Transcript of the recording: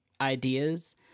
ideas